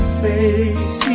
face